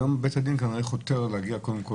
היום בית הדין כנראה חותר להגיע קודם כל